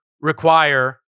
require